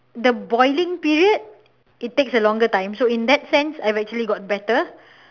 the boiling period it takes a longer time so in that sense I've actually got better